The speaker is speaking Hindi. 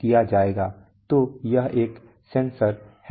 तो यह एक सेंसर है